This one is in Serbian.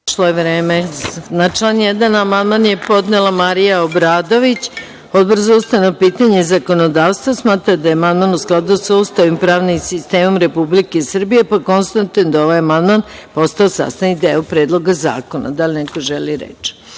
je vreme. Na član 1. amandman je podnela Marija Obradović. Odbor za ustavna pitanja i zakonodavstvo smatra da je amandman u skladu sa Ustavom i pravnim sistemom Republike Srbije, pa konstatujem da je ovaj amandman postao sastavni deo Predloga zakona. Da li neko želi reč? Na